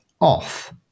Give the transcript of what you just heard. off